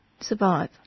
survive